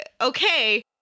okay